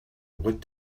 what